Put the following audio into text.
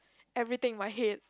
everything in my head